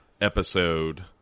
episode